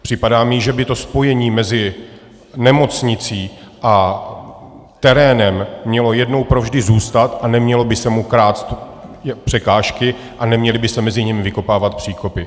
Připadá mi, že by to spojení mezi nemocnicí a terénem mělo jednou provždy zůstat a neměly by se mu klást překážky a neměly by se mezi nimi vykopávat příkopy.